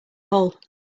hole